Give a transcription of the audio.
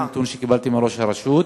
זה הנתון שקיבלתי מראש הרשות.